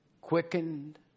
quickened